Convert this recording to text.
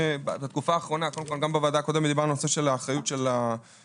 בתקופה האחרונה גם בוועדה הקודמת דיברנו על נושא האחריות של העובדים,